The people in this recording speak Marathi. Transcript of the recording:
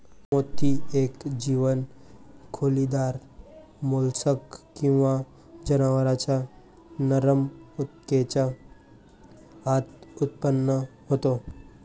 मोती एक जीवंत खोलीदार मोल्स्क किंवा जनावरांच्या नरम ऊतकेच्या आत उत्पन्न होतो